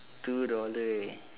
two dollar eh